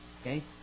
Okay